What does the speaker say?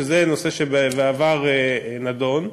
שזה נושא שבעבר נדון,